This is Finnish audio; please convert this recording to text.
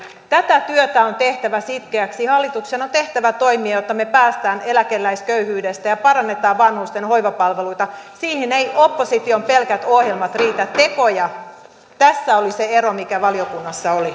tätä työtä on tehtävä sitkeästi hallituksen on tehtävä toimia jotta me pääsemme eläkeläisköyhyydestä ja parannetaan vanhusten hoivapalveluita siihen eivät opposition pelkät ohjelmat riitä tekoja tässä oli se ero mikä valiokunnassa oli